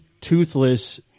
Toothless